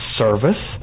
service